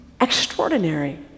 extraordinary